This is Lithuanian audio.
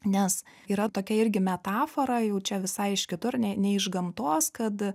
nes yra tokia irgi metafora jau čia visai iš kitur ne ne iš gamtos kad